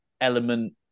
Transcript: Element